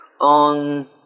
on